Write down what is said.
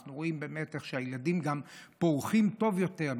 אנחנו רואים באמת איך שהילדים גם פורחים טוב יותר,